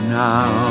now